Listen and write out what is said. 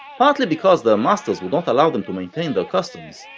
partly because their masters would not allow them to maintain their customs,